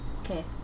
Okay